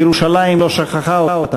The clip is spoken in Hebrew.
ירושלים לא שכחה אותם.